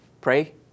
pray